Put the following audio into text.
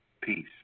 Peace